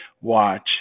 watch